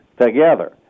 together